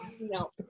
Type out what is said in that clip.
No